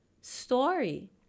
story